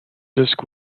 disc